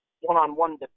one-on-one